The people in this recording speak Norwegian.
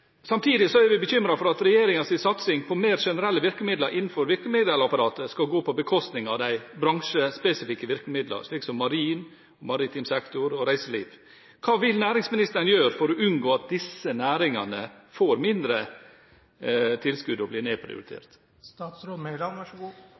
Samtidig er vi bekymret for at regjeringens satsing på mer generelle virkemidler innenfor virkemiddelapparatet skal gå på bekostning av de bransjespesifikke virkemidlene innenfor f.eks. marin sektor, maritim sektor og reiseliv. Hva vil næringsministeren gjøre for å unngå at disse næringene får mindre tilskudd og blir